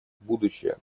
будущее